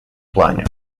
плане